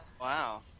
Wow